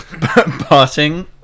Parting